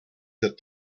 that